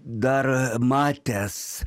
dar matęs